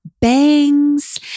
bangs